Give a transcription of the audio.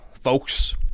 folks